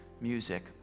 music